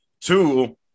two